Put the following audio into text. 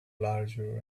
larger